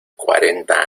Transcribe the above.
cuarenta